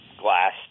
glass